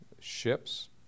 ships